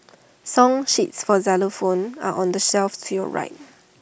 song sheets for xylophones are on the shelf to your right